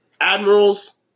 admirals